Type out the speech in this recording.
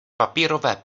papírové